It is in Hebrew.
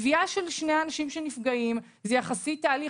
תביעה של שני אנשים שנפגעים זה יחסית תהליך